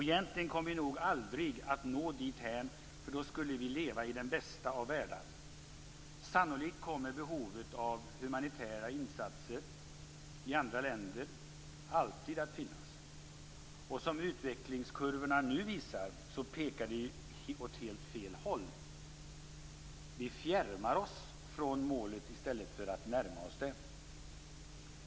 Egentligen kommer vi nog aldrig att nå dithän, för det skulle innebära att vi levde i den bästa av världar. Sannolikt kommer behovet av humanitära insatser i andra länder alltid att finnas. Dessutom pekar utvecklingskurvorna nu åt helt fel håll. Vi fjärmar oss från målet i stället för att närma oss det.